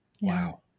Wow